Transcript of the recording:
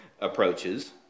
approaches